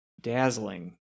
dazzling